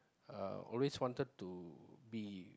uh always wanted to be